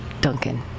Duncan